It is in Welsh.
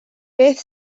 beth